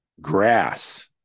grass